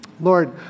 Lord